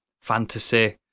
fantasy